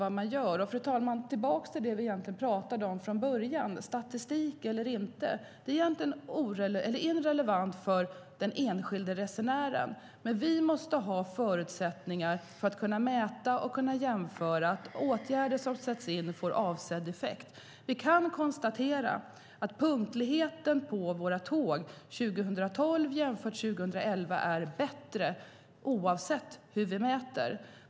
Jag vill, fru talman, gå tillbaka till det vi pratade om från början om statistik eller inte. Det är egentligen irrelevant för den enskilde resenären, men vi måste ha förutsättningar att kunna mäta och jämföra de åtgärder som sätts in så att de får avsedd effekt. Vi kan konstatera att punktligheten på våra tåg 2012 jämfört med 2011 är bättre oavsett hur vi mäter.